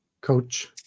coach